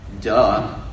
Duh